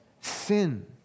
sin